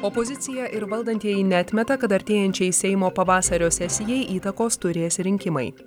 opozicija ir valdantieji neatmeta kad artėjančiai seimo pavasario sesijai įtakos turės rinkimai